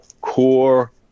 core